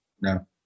No